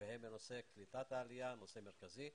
והן בנושא קליטת העלייה, נושא מרכזי.